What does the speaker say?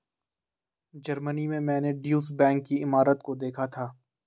Germany में मैंने Deutsche Bank की इमारत को देखा था